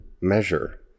measure